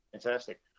Fantastic